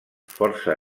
força